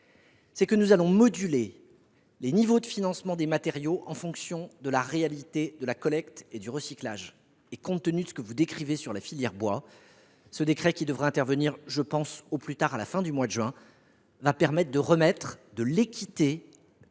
–, nous allons moduler les niveaux de financement des matériaux en fonction de la réalité de la collecte et du recyclage. Compte tenu de ce que vous décrivez dans la filière bois, le décret, qui devrait être publié, je l’ai dit, au plus tard à la fin du mois de juin, permettra de remettre de l’équité